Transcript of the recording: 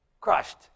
crushed